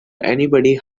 anybody